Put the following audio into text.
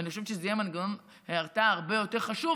ואני חושבת שזה יהיה מנגנון הרתעה הרבה יותר חשוב,